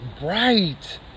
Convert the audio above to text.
Right